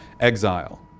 Exile